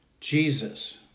Jesus